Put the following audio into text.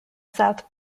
south